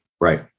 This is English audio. Right